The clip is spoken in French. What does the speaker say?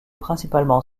principalement